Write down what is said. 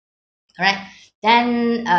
alright then uh